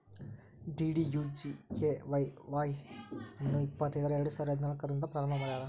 DDUGKY Y ಅನ್ನು ಇಪ್ಪತೈದರ ಎರಡುಸಾವಿರ ಹದಿನಾಲ್ಕು ರಂದ್ ಪ್ರಾರಂಭ ಮಾಡ್ಯಾರ್